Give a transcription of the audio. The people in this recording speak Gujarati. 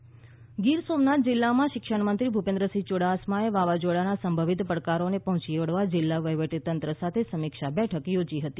રાજ્ય વાવાઝોડાની સ્થિતિ ગીર સોમનાથ જિલ્લામાં શિક્ષણમંત્રી ભૂપેન્દ્રસિંહ યૂડાસમાએ વાવાઝોડાના સંભવિત પડકારોને પહોંચી વળવા જિલ્લા વહીવટીતંત્ર સાથે સમીક્ષા બેઠક યોજી હતી